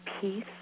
peace